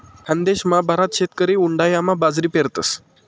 खानदेशमा बराच शेतकरी उंडायामा बाजरी पेरतस